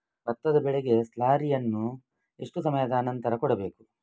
ಭತ್ತದ ಬೆಳೆಗೆ ಸ್ಲಾರಿಯನು ಎಷ್ಟು ಸಮಯದ ಆನಂತರ ಕೊಡಬೇಕು?